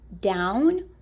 down